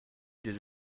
des